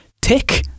tick